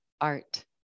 art